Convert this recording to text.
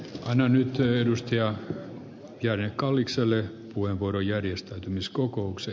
hän on nyt yli mustia joiden arvoisa herra puhemies